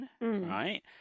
right